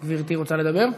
גברתי רוצה לדבר?